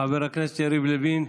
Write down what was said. חבר הכנסת יריב לוין,